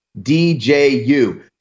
DJU